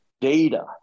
data